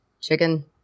Chicken